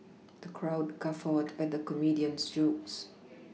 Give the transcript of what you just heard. the crowd guffawed at the comedian's jokes